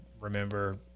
remember